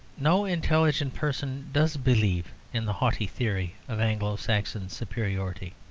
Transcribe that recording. no intelligent person does believe in the haughty theory of anglo-saxon superiority.